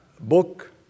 book